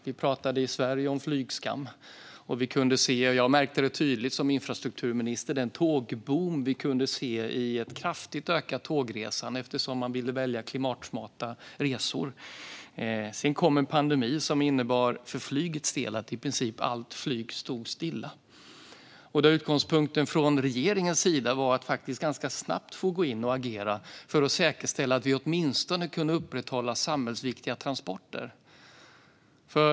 Här i Sverige pratade vi om flygskam, och som infrastrukturminister märkte jag tydligt den tågboom som gav ett kraftigt ökat tågresande, eftersom man ville välja klimatsmarta resor. Sedan kom en pandemi som för flygets del innebar att i princip allt flyg stod stilla. Regeringens utgångspunkt var då att ganska snabbt gå in och agera för att säkerställa att vi åtminstone kunde upprätthålla samhällsviktiga transporter.